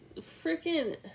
freaking